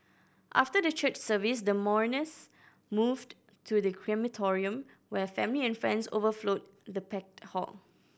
after the church service the mourners moved to the crematorium where family and friends overflowed the packed hall